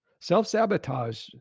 Self-sabotage